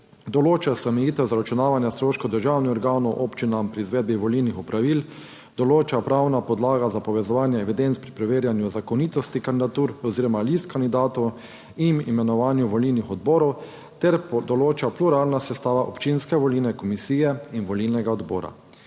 Določa se omejitev zaračunavanja stroškov državnih organov občinam pri izvedbi volilnih opravil. Določa se pravna podlaga za povezovanje evidenc pri preverjanju zakonitosti kandidatur oziroma list kandidatov in imenovanju volilnih odborov ter določa pluralna sestava občinske volilne komisije in volilnega odbora.